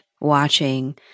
watching